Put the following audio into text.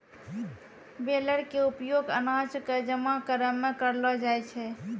baler के उपयोग अनाज कॅ जमा करै मॅ करलो जाय छै